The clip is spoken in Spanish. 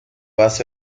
hace